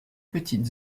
petite